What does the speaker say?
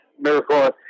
miracle